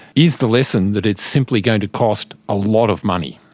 is the lesson that it's simply going to cost a lot of money?